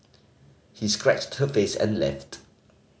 he scratched her face and left